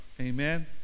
amen